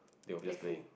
playful